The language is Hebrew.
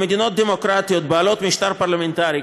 במדינות דמוקרטיות בעלות משטר פרלמנטרי,